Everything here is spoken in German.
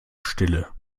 stille